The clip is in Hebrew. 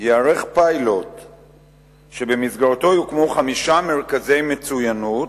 ייערך פיילוט שבמסגרתו יוקמו חמישה מרכזי מצוינות.